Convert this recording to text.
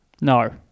No